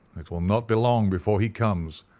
it will not be long before he comes.